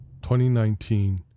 2019